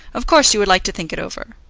of course you would like to think it over.